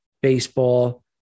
baseball